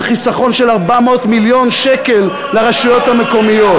זה חיסכון של 400 מיליון שקל לרשויות המקומיות.